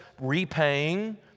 Repaying